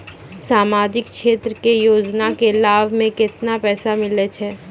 समाजिक क्षेत्र के योजना के लाभ मे केतना पैसा मिलै छै?